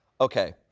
okay